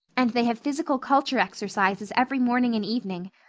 and they have physical culture exercises every morning and evening.